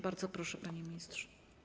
Bardzo proszę, panie ministrze.